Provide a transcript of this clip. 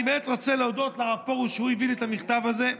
אני באמת רוצה להודות לרב פרוש על שהוא הביא לי את המכתב הזה.